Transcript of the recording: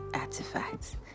artifacts